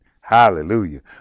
hallelujah